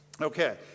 Okay